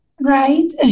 right